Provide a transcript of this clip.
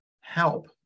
help